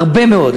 הרבה מאוד.